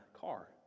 car